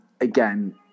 again